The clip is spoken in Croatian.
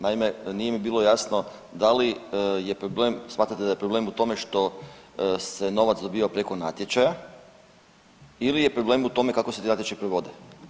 Naime, nije mi bilo jasno da li je problem, smatrate li da je problem u tome što se novac dobiva preko natječaja ili je problem u tome kako se ti natječaji provode?